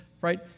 right